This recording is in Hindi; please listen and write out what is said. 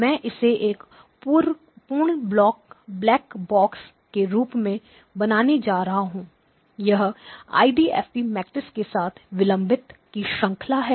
मैं इसे एक पूर्ण ब्लैक बॉक्स के रूप में बनाने जा रहा हूं यह आईडीएफटी मैट्रिक्स के साथ विलंब की श्रंखला है